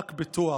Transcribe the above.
רק בתואר,